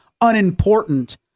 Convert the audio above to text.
unimportant